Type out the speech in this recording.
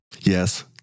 Yes